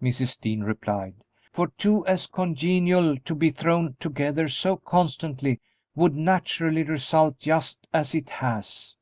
mrs. dean replied for two as congenial to be thrown together so constantly would naturally result just as it has